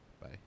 Bye